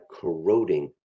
corroding